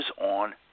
on